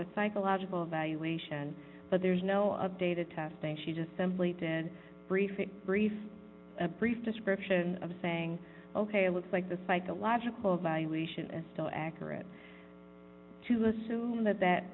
a psychological evaluation but there's no updated testing she just simply did brief brief a brief description of saying ok it looks like the psychological evaluation is still accurate to assume that that